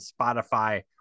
Spotify